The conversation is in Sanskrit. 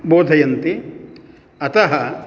बोधयन्ति अतः